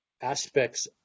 aspects